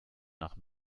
nach